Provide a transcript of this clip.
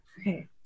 Okay